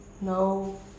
no